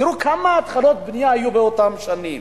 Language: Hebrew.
תראו כמה התחלות בנייה היו באותן שנים.